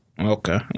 Okay